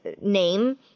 name